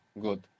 Good